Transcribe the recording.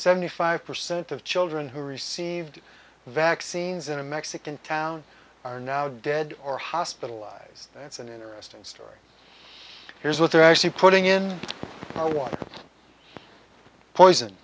seventy five percent of children who received vaccines in a mexican town are now dead or hospitalized that's an interesting story here's what they're actually putting in zero one poison